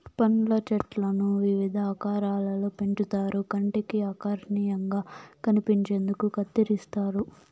పండ్ల చెట్లను వివిధ ఆకారాలలో పెంచుతారు కంటికి ఆకర్శనీయంగా కనిపించేందుకు కత్తిరిస్తారు